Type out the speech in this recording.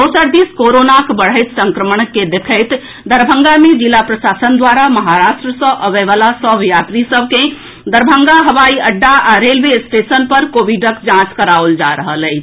दोसर दिस कोरोना बढ़ैत संक्रमण के देखैत दरभंगा मे जिला प्रशासन द्वारा महाराष्ट्र सऽ अबए वला सभ यात्री सभ कॅ दरभंगा हवाई अड्डा आ रेलवे स्टेशन पर कोविडक जांच कराओल जा रहल अछि